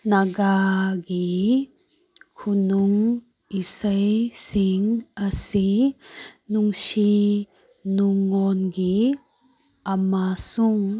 ꯅꯥꯒꯥꯒꯤ ꯈꯨꯟꯅꯨꯡ ꯏꯁꯩꯁꯤꯡ ꯑꯁꯤ ꯅꯨꯡꯁꯤ ꯅꯨꯡꯉꯣꯟꯒꯤ ꯑꯃꯁꯨꯡ